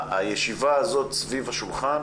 הישיבה הזו סביב השולחן